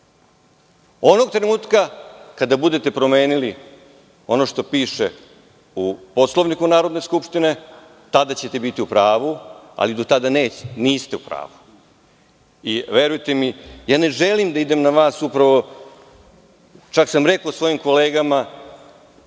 Onog trenutka kada budete promenili ono što piše u Poslovniku Narodne skupštine, tada ćete biti u pravu, ali do tada niste u pravu. Verujte mi, ne želim da idem na vas, čak sam rekao svojim kolegama